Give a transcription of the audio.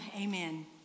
amen